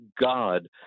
God